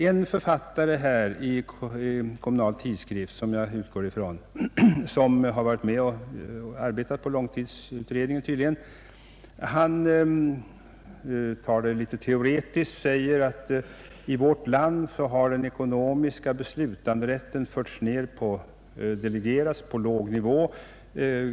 En författare i Kommunal tidskrift, som tydligen varit med om arbetet i långtidsutredningen, tar det hela litet teoretiskt. Han säger att den ekonomiska beslutanderätten i vårt land delegerats på låg nivå.